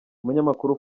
umunyamakuru